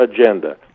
agenda